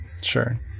Sure